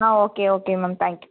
ah okay okay ma'am thank you